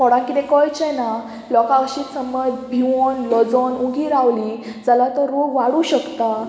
कोणाक कितें कळचें ना लोकां अशींच समज भिवोन लजोन उगी रावलीं जाल्यार तो रोग वाडूं शकता